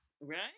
Right